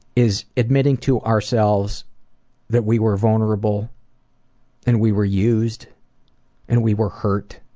is admitting to ourselves that we were vulnerable and we were used and we were hurt,